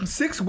six